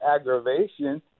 aggravation